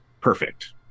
perfect